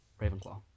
Ravenclaw